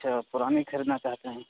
اَچّھا پرانی خریدنا چاہتے ہیں